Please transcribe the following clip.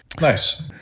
Nice